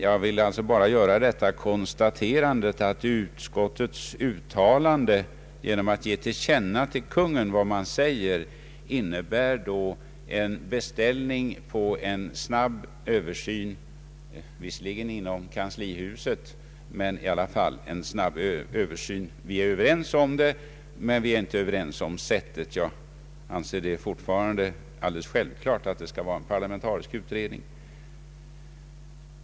Jag vill alltså bara göra detta konstaterande att utskottets uttalande att man skall ge till känna till Kungl. Maj:t vad utskottet anför innebär en beställning på en snabb utredning, visserligen inom kanslihuset, men i alla fall en snabb utredning. Vi är överens om detta, men vi är inte överens om Ang. forskning och forskningsplanering sättet. Jag anser fortfarande att det är alldeles självklart att det skall vara en parlamentarisk utredning.